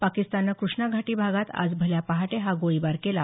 पाकिस्ताननं कृष्णा घाटी भागात आज भल्या पहाटे हा गोळीबार केला